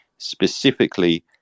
specifically